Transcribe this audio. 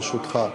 ברשותך.